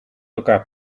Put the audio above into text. elkaar